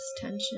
tension